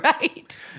Right